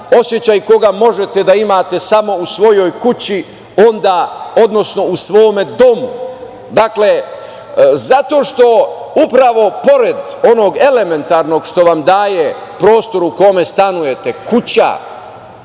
Osećaj koga možete da imate samo u svojoj kući, odnosno u svome domu? Zato što upravo pored onog elementarnog što vam daje prostor u kome stanujete, kuća